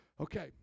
Okay